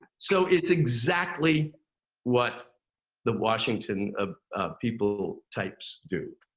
so it's exactly what the washington ah people, types do.